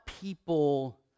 people